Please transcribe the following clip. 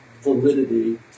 validity